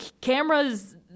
cameras